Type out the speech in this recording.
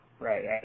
Right